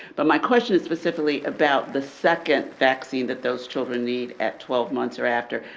but, my question is specifically about the second vaccine that those children need at twelve months or after.